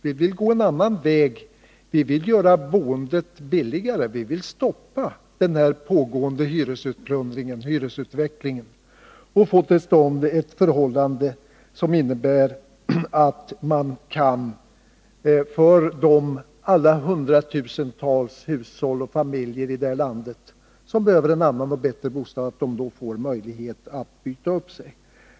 Vi vill gå en annan väg. Vi vill göra boendet billigare, vi vill stoppa den pågående hyresutplundringen och hyresutvecklingen och få till stånd ett förhållande som innebär att alla de hundratusentals hushåll och familjer här i landet som saknar en egen bostad och som behöver en annan och bättre bostad får möjlighet att byta upp sig.